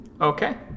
Okay